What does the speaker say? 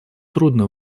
трудно